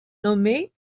nommée